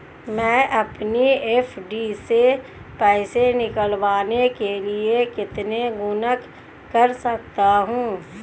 मैं अपनी एफ.डी से पैसे निकालने के लिए कितने गुणक कर सकता हूँ?